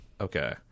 Okay